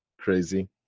crazy